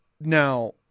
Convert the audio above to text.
Now